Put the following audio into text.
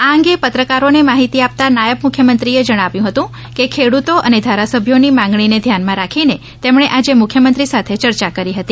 આ અંગે પત્રકારોને માહિતી આપતા નાયબ મુખ્યમંત્રીએ જણાવ્યું હતું કે ખેડૂતો અને ધારાસભ્યોના માગણીને ધ્યાનમાં રાખીને તેમણે આજે મુખ્યમંત્રી સાથે ચર્ચા કરી હતી